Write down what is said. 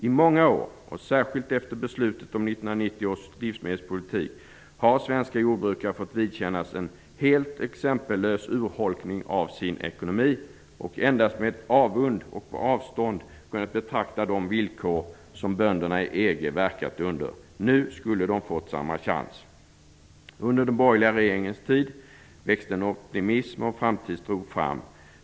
I många år, och särskilt efter beslutet om 1990 års livsmedelspolitik, har svenska jordbrukare fått vidkännas en helt exempellös urholkning av sin ekonomi och endast med avund och på avstånd kunnat betrakta de villkor som bönderna i EG verkat under. Nu skulle de fått samma chans! Under den borgerliga regeringens tid växte en optimism och framtidstro fram.